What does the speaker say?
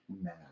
mad